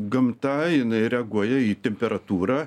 gamta jinai reaguoja į temperatūrą